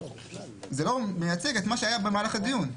זה לא מייצג את מה שהיה במהלך הדיון.